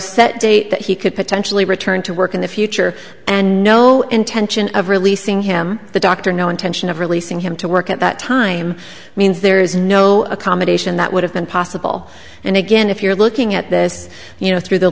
set date that he could potentially return to work in the future and no intention of releasing him the dr no intention of releasing him to work at that time means there is no accommodation that would have been possible and again if you're looking at this you know through the